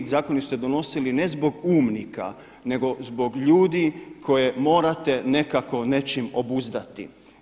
Zakoni su se donosili ne zbog umnika, nego zbog ljudi koje morate nekako nečim obuzdati.